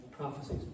Prophecies